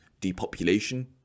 depopulation